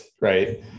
right